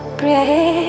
pray